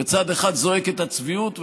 בצד אחד זועקת הצביעות,